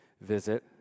visit